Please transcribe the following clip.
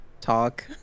talk